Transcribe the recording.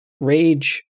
rage